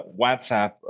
WhatsApp